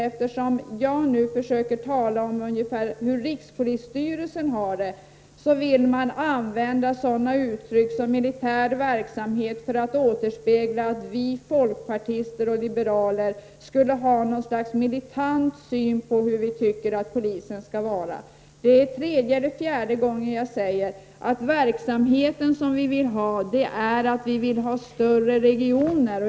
Eftersom jag nu försöker tala om hur rikspolisstyrelsen har det, vill man använda sådana uttryck som militär verksamhet för att återspegla att vi folkpartister skulle ha något slags militant syn på hur vi tycker att polisen skall vara. Det är tredje eller fjärde gången jag säger att den verksamhet vi vill ha inte innebär större regioner.